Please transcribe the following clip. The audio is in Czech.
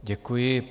Děkuji.